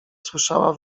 słyszała